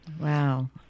Wow